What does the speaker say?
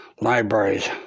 libraries